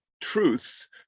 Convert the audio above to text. truths